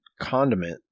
condiment